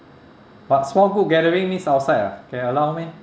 but small group gathering means outside ah can allow meh